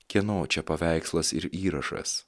kieno čia paveikslas ir įrašas